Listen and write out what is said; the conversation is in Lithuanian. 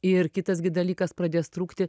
ir kitas gi dalykas pradės trūkti